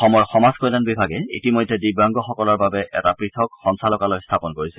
অসমৰ সমাজ কল্যাণ বিভাগে ইতিমধ্যে দিব্যাংগসকলৰ বাবে এটা পৃথক সঞ্চালকালয় স্থাপন কৰিছে